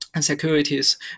Securities